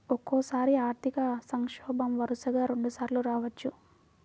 ఒక్కోసారి ఆర్థిక సంక్షోభం వరుసగా రెండుసార్లు రావచ్చు